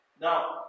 now